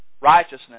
righteousness